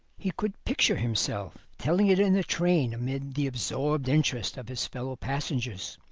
he could picture himself telling it in the train amid the absorbed interest of his fellow-passengers.